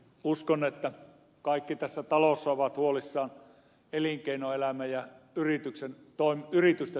uskon että kaikki tässä talossa ovat huolissaan elinkeinoelämän ja yritysten toimintaedellytyksistä